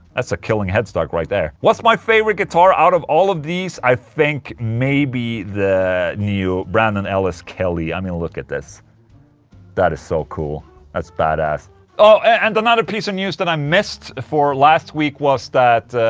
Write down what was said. that's a killing headstock right there what's my favorite guitar out of all of these? i think maybe the new brandon ellis kelly, i mean, look at this that is so cool that's badass oh and another piece of news that i missed for last week was that.